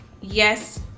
yes